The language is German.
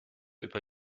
über